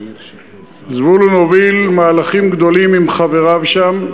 זבולון הוביל מהלכים גדולים עם חבריו שם.